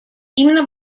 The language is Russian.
именно